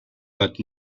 but